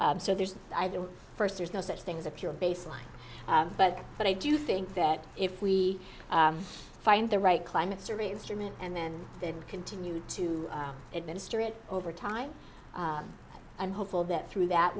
so there's i do first there's no such thing as a pure baseline but what i do think that if we find the right climate survey instrument and then they continue to administer it over time i'm hopeful that through that